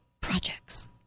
projects